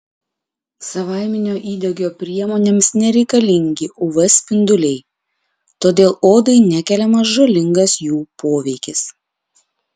savaiminio įdegio priemonėms nereikalingi uv spinduliai todėl odai nekeliamas žalingas jų poveikis